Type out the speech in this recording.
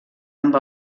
amb